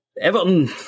Everton